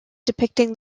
depicting